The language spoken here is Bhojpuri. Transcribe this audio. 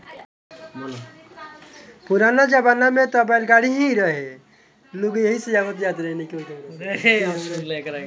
पुराना जमाना में त बैलगाड़ी ही रहे एही से लोग कहीं आवत रहे अउरी जात रहेलो